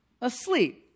asleep